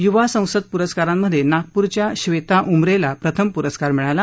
युवा संसद पुरस्कारांमध्ये नागपूरच्या क्षेता उमरेला प्रथम पुरस्कार मिळाला